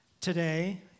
today